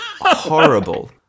horrible